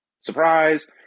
surprise